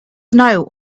know